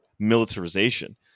militarization